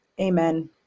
Amen